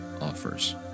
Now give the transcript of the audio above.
offers